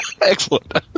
Excellent